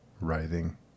writhing